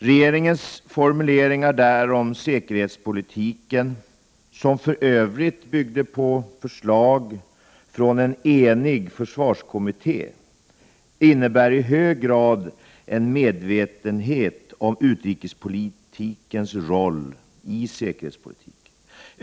Regeringens formuleringar där om säkerhetspolitiken — som för övrigt byggde på förslag från en enig försvarskommitté — innebär i hög grad en medvetenhet om utrikespolitikens roll i säkerhetspolitiken.